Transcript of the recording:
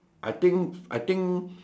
I think I think